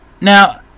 Now